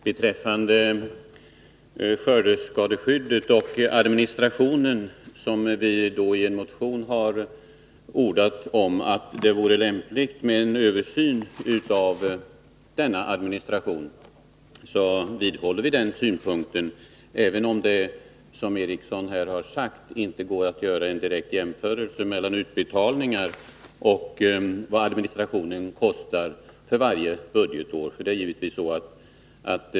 Herr talman! Vi har i en motion sagt att det vore lämpligt med en översyn av administrationen av skördeskadeskyddet. Vi vidhåller den ståndpunkten, även om det, som Ingvar Eriksson här har sagt, inte går att göra jämförelser mellan utbetalningar och administrationskostnaderna för varje budgetår.